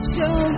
Show